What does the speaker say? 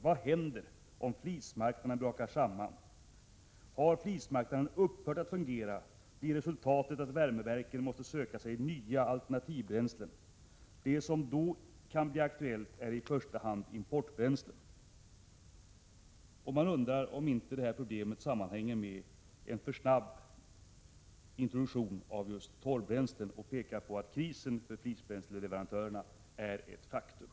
——— Vad händer om flismarknaden brakar samman? ——— Har flismarknaden upphört att fungera blir resultatet att värmeverken måste söka sig nya alternativbränslen. De som då kan bli aktuella är i första hand importbränslen.” Värmeverksföreningen undrar om problemen sammanhänger med en för snabb introduktion av just torvbränslen och pekar på att krisen för flisleverantörerna är ett faktum.